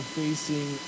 facing